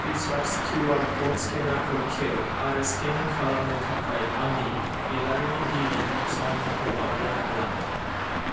फ्रिसार्जनि QR code स्केनारखौ खेव आरो स्केनिं खालामनो थाखाय आंनि गेलारिनि गिबि सावमुंखौ आपलड खालाम